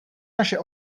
naše